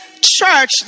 church